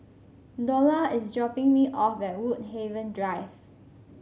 Dola is dropping me off at Woodhaven Drive